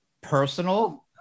personal